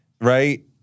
right